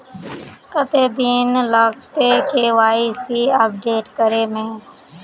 कते दिन लगते के.वाई.सी अपडेट करे में?